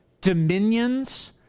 dominions